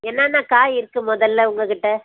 என்னென்ன காய் இருக்குது முதல்ல உங்கள் கிட்டே